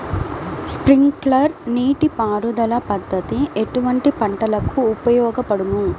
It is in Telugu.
స్ప్రింక్లర్ నీటిపారుదల పద్దతి ఎటువంటి పంటలకు ఉపయోగపడును?